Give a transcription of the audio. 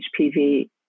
HPV